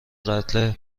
قتل